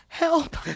Help